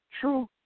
True